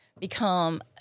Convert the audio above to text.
become